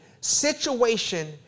situation